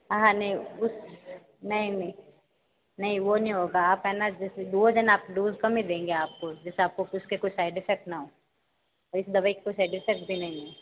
हाँ नहीं उस नहीं नहीं नहीं वो नहीं होगा आप है ना जैसे डोज़ है ना डोज़ कम ही देंगे आपको जैसे आपको उसके कुछ साइड इफेक्ट ना हो और इस दवाई के साइड एफेक्ट भी नहीं है